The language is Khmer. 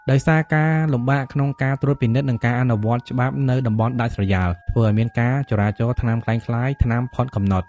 ដោយសារការលំបាកក្នុងការត្រួតពិនិត្យ និងការអនុវត្តច្បាប់នៅតំបន់ដាច់ស្រយាល ធ្វើឱ្យមានការចរាចរណ៍ថ្នាំក្លែងក្លាយ ថ្នាំផុតកំណត់ ។